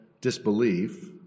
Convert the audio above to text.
disbelief